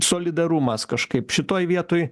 solidarumas kažkaip šitoj vietoj